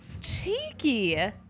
Cheeky